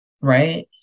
right